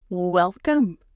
Welcome